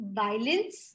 violence